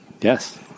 Yes